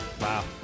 wow